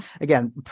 again